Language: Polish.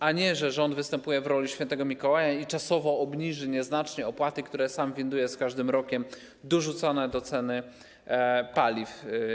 A nie, że rząd występuje w roli Świętego Mikołaja i czasowo obniży nieznacznie opłaty, które sam winduje z każdym rokiem, dorzucane do ceny paliw.